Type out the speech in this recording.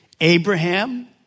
Abraham